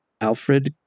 Alfred